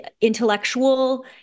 intellectual